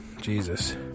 Jesus